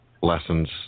lessons